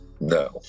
no